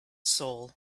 soul